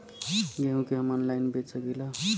गेहूँ के हम ऑनलाइन बेंच सकी ला?